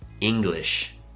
English